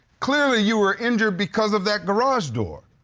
clearly you were injured because of that garage door.